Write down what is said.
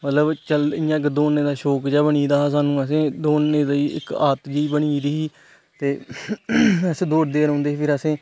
मतलब इयां इक दौडने दा शौंक जेहा बनी गेदा हा सानू आसेगी दौड़ने दी इक आदत जेही बनी गेदी ही ते अस दौडदे गै रोहंदे है फिर आसे